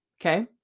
Okay